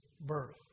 birth